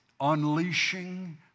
Unleashing